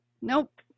Nope